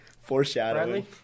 Foreshadowing